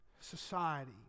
society